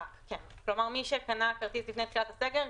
כלומר מי שקנה כרטיס לפני תחילת הסגר,